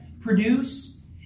produce